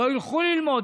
לא ילכו ללמוד.